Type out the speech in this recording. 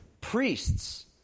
priests